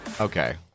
Okay